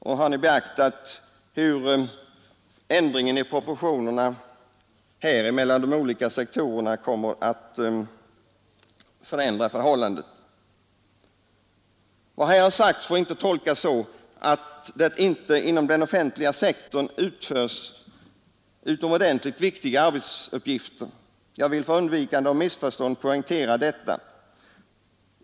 Och har ni beaktat hur ändringen i proportionerna mellan de olika sektorerna kommer att förändra förhållandet? Vad här sagts får inte tolkas så att det inte inom den offentliga sektorn utförs utomordentligt viktiga arbetsuppgifter. Jag vill för undvikande av missförstånd poängtera detta.